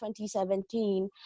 2017